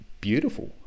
beautiful